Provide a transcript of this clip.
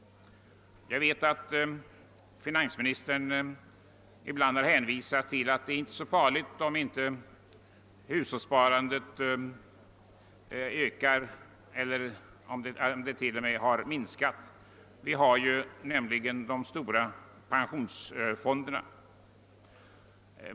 Jag vet att finansministern ibland har sagt att det inte är så farligt om hushållssparandet inte ökar eller om det t.o.m. minskar — han har då hänvisat till de stora pensionsfonderna.